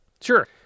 Sure